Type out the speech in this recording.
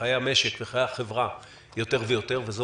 חיי המשק וחיי החברה יותר ויותר וזו